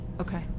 Okay